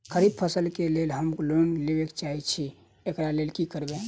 खरीफ फसल केँ लेल हम लोन लैके चाहै छी एकरा लेल की करबै?